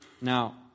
Now